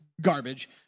garbage